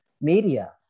media